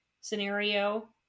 scenario